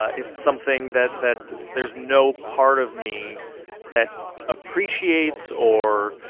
it's something that that there's no part of me that appreciates or,